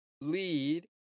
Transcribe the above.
lead